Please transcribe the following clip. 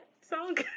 song